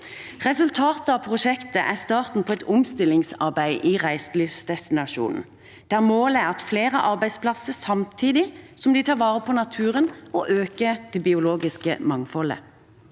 Resultatet av prosjektet er starten på et omstillingsarbeid i reiselivsdestinasjonen, der målet er flere arbeidsplasser, samtidig som de tar vare på naturen og øker det biologiske mangfoldet.